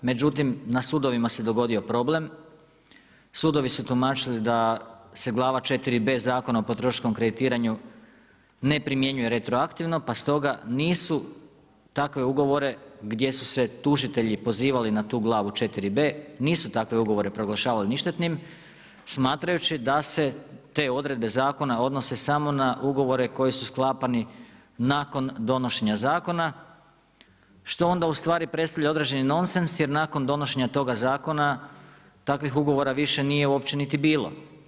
Međutim, na sudovima se dogodio problem, sudovi su tumačili da se glava 4B Zakon o potrošačkom kreditiranju ne primjenjuje retroaktivno pa stoga nisu, takve ugovore, gdje su se tužitelji pozivali na tu glavu 4B, nisu takve ugovore proglašavali ništetnim, smatrajući da se te odredbe zakona odnose samo na ugovore koji su sklapani nakon donošenje zakona, što onda u stvari predstavlja određeni nonsens, jer nakon donošenje toga zakona, takvih ugovora više uopće niti bilo.